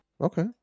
okay